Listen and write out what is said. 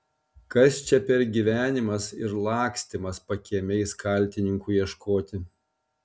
kas čia per gyvenimas ir lakstymas pakiemiais kaltininkų ieškoti